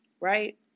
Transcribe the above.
right